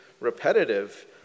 repetitive